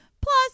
plus